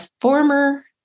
former